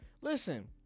Listen